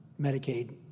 Medicaid